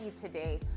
today